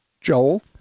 Joel